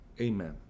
Amen